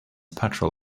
patrol